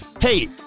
Hey